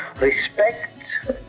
Respect